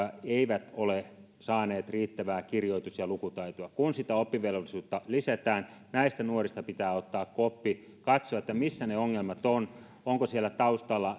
eivät ole saaneet riittävää kirjoitus ja lukutaitoa kun sitä oppivelvollisuutta lisätään näistä nuorista pitää ottaa koppi katsoa missä ne ongelmat ovat onko siellä taustalla